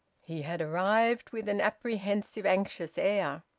he had arrived with an apprehensive, anxious air.